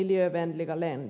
fru talman